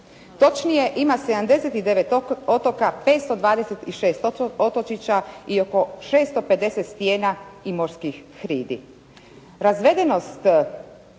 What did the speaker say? Točnije ima 79 otoka, 526 otočića i oko 650 stijena i morskih hridi.